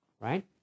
right